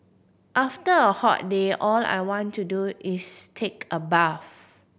after a hot day all I want to do is take a bath